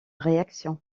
réaction